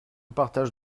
partage